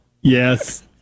yes